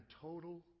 total